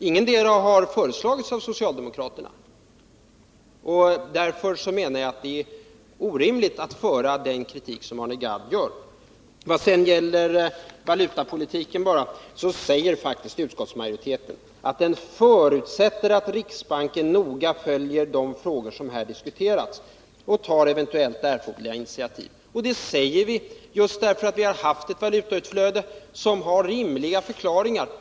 Ingetdera har föreslagits av socialdemokraterna, och därför menar jag att det är orimligt med den kritik som Arne Gadd för fram. Om valutapolitiken säger faktiskt utskottsmajoriteten att den förutsätter att riksbanken noga följer de frågor som här diskuterats och tar eventuellt erforderliga initiativ. Det säger vi just därför att vi har haft ett valutautflöde som har rimliga förklaringar.